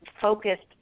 focused